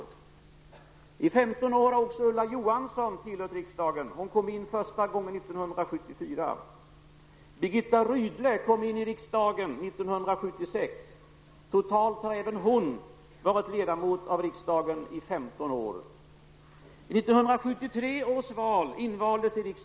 I 15 år har också Ulla Johansson tillhört riksdagen. Hon kom in första gången 1974. Birgitta Rydle kom till riksdagen 1976. Totalt har även hon varit ledamot i riksdagen i 15 år.